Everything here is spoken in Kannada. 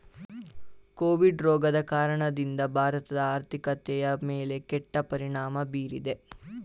ಕೋವಿಡ್ ರೋಗದ ಕಾರಣದಿಂದ ಭಾರತದ ಆರ್ಥಿಕತೆಯ ಮೇಲೆ ಕೆಟ್ಟ ಪರಿಣಾಮ ಬೀರಿದೆ